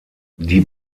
die